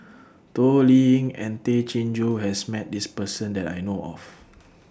Toh Liying and Tay Chin Joo has Met This Person that I know of